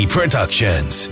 Productions